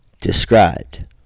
Described